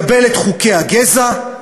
לקבל את חוקי הגזע,